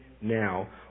now